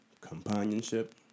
companionship